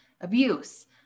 abuse